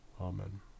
Amen